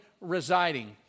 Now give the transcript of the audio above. residing